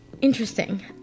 Interesting